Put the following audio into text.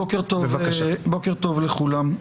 בוקר טוב לכולם.